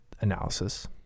analysis